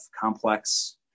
complex